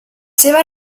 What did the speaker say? seves